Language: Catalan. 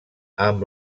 amb